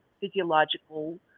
physiological